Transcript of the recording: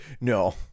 no